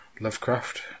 Lovecraft